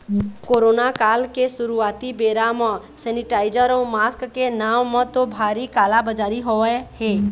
corona काल के शुरुआती बेरा म सेनीटाइजर अउ मास्क के नांव म तो भारी काला बजारी होय हे